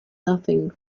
nothing